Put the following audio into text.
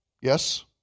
yes